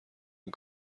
این